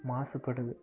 மாசுபடுது